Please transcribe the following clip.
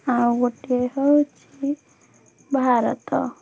ଆଉ ଗୋଟେ ହେଉଛି ଭାରତ